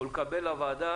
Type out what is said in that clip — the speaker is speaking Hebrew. הוועדה